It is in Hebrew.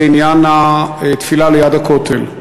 זה עניין התפילה ליד הכותל.